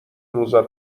روزا